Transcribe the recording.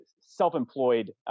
self-employed